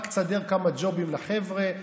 רק תסדר כמה ג'ובים לחבר'ה,